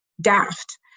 daft